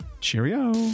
cheerio